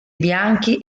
bianchi